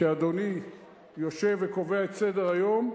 כשאדוני יושב וקובע את סדר-היום,